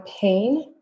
pain